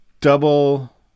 double